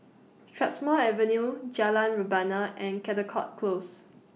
Strathmore Avenue Jalan Rebana and Caldecott Close